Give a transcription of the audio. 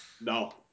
no